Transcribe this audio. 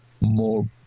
more